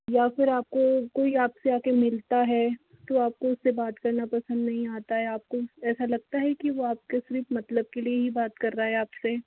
या फिर आपको कोई आप से आके मिलता है तो आपको उससे बात करना पसंद नहीं आता है आपको ऐसा लगता है की वो आपके सिर्फ मतलब के लिए ही बात कर रहा है आपसे